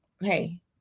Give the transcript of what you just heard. Hey